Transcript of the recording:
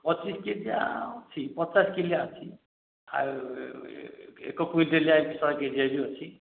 ପଚିଶି କିଗ୍ରା ଅଛି ପଚାଶ କିଗ୍ରା ଅଛି ଆଉ ଏକ କୁଇଣ୍ଟାଲ୍ ଶହେ କିଗ୍ରା ବି ଅଛି